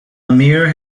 amir